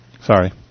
Sorry